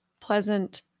pleasant